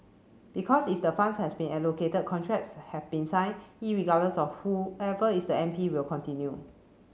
because if the funds has been allocated contracts have been signed regardless of who ever is the M P will continue